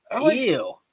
Ew